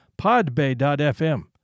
Podbay.fm